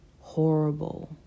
horrible